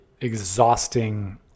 exhausting